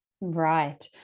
Right